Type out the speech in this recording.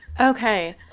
Okay